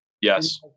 Yes